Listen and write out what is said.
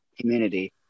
community